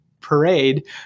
parade